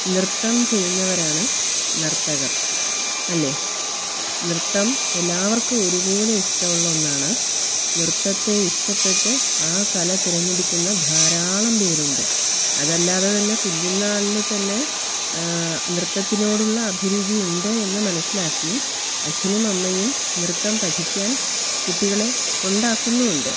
നൃത്തം ചെയ്യുന്നവരാണ് നർത്തകർ അല്ലേ നൃത്തം എല്ലാവർക്കും ഒരുപോലെ ഇഷ്ടമുള്ള ഒന്നാണ് നൃത്തത്തെ ഇഷ്ടപ്പെട്ട് ആ കല തിരഞ്ഞെടുക്കുന്ന ധാരാളം പേരുണ്ട് അതല്ലാതെ തന്നെ കുഞ്ഞുനാളിൽ തന്നെ നൃത്തത്തിനോടുള്ള അഭിരുചി ഉണ്ട് എന്ന് മനസ്സിലാക്കി അച്ഛനും അമ്മയും നൃത്തം പഠിക്കാൻ കുട്ടികളെ കൊണ്ടാക്കുന്നും ഉണ്ട്